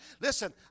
Listen